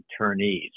internees